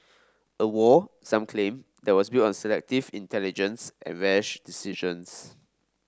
a war some claim that was built on selective intelligence and rash decisions